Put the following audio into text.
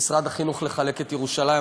משרד החינוך לחלק את ירושלים?